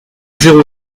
zéro